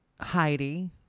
Heidi